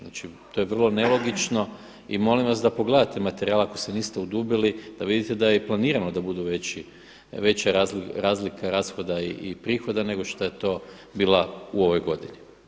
Znači to je vrlo nelogično i molim vas da pogledate materijal ako se niste udubili da vidite da je i planirano da budu veća razlika rashoda i prihoda nego što je to bila u ovoj godini.